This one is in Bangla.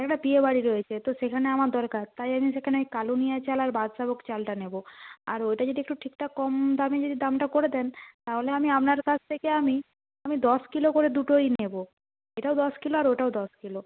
একটা বিয়ে বাড়ি রয়েছে তো সেখানে আমার দরকার তাই আমি সেখানে কালুনিয়া চাল আর বাদশাভোগ চালটা নেবো আর ওইটা যদি একটু ঠিকঠাক কম দামে যদি দামটা করে দেন তাহলে আমি আপনার কাছ থেকে আমি আমি দশ কিলো করে দুটোই নেবো এটাও দশ কিলো আর ওটাও দশ কিলো